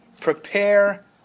Prepare